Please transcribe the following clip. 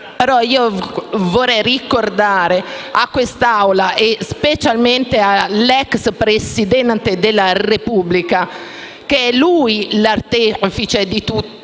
vorrei ricordare a quest'Assemblea e specialmente all'ex Presidente della Repubblica che è lui l'artefice di tutto